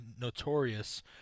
notorious